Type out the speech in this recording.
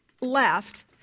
left